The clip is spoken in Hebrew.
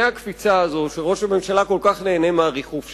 הקפיצה הזאת שראש הממשלה כל כך נהנה מהריחוף שלה.